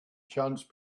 chance